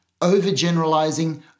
overgeneralizing